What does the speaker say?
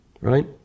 right